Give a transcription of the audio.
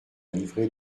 livrée